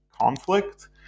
conflict